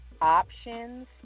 options